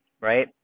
right